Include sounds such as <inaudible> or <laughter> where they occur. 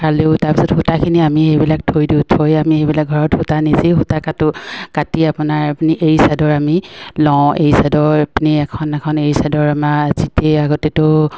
খাল দিওঁ তাৰ পিছত সূতাখিনি আমি এইবিলাক থৈ দিওঁ থৈ আমি এইবিলাক ঘৰত সূতা নিজেই সূতা কটো কাটি আপোনাৰ আপুনি এৰী চাদৰ আমি লওঁ এৰী চাদৰ বৈ পিনি এখন এখন এৰী চাদৰ আমাৰ <unintelligible> আগতেতো